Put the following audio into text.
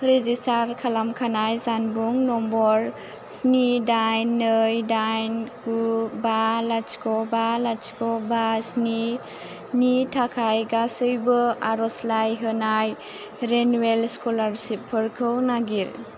register खालामखानाय जानबुं number स्नि दाइन नै दाइन गु बा लाथिख' बा लाथिख' बा स्नि नि थाखाय गासिबो आर'जलाइ होनाय रिनिउयेल स्कलारसिपफोरखौ नागिर